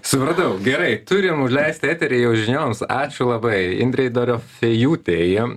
supratau gerai turim užleisti eterį jau žinioms ačiū labai indrei dorofėjūtei